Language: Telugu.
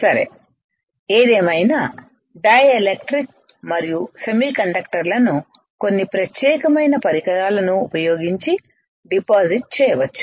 సరే ఏదేమైనా డై ఎలక్ట్రిక్ మరియు సెమీకండక్టర్లను కొన్ని ప్రత్యేకమైన పరికరాలను ఉపయోగించిడిపాజిట్ చేయవచ్చు